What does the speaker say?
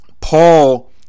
Paul